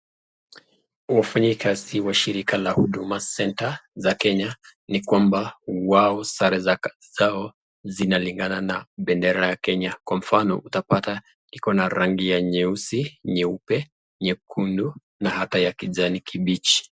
Wafanyakazi wa shirika la huduma center za kenya ni kwamba wao sare zao zinalingana na bendera ya kenya, kwa mfano utapata iko na rangi ya nyeusi, nyeupe, nyekundu na hata ya kijani kibichi.